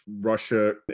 Russia